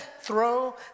throw